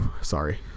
sorry